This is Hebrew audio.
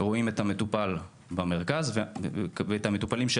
רואים את המטופלים שלנו במרכז, ואנחנו